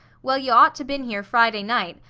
well, you ought to been here friday night,